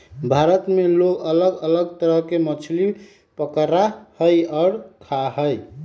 भारत में लोग अलग अलग तरह के मछली पकडड़ा हई और खा हई